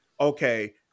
okay